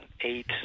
eight